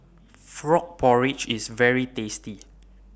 Frog Porridge IS very tasty